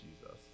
Jesus